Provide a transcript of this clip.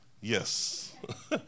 Yes